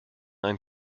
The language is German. einen